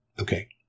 okay